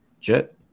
Jet